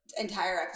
entire